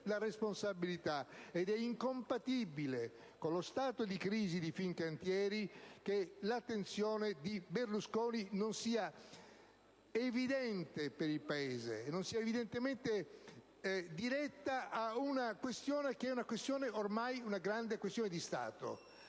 la responsabilità. È incompatibile con lo stato di crisi di Fincantieri che l'attenzione di Berlusconi non sia evidente per il Paese e non sia evidentemente diretta a una vicenda che costituisce ormai una grande questione di Stato.